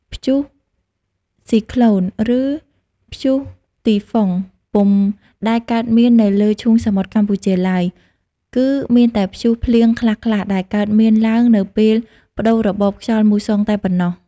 ព្យុះស៊ីក្លូន ឬព្យុះទីហ្វុង ពុំដែលកើតមាននៅលើឈូងសមុទ្រកម្ពុជាឡើយ គឺមានតែព្យុះភ្លៀងខ្លះៗ ដែលកើតមានឡើងនៅពេលប្តូររបបខ្យល់មូសុងតែប៉ុណ្ណោះ។